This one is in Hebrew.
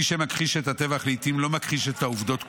מי שמכחיש את הטבח לעיתים לא מכחיש את העובדות כולן,